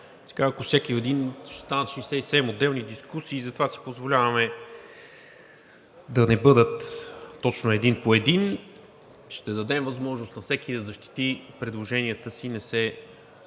за всеки един, ще станат 67 отделни дискусии, затова си позволяваме да не бъдат точно един по един. Ще дадем възможност на всеки да защити предложенията си,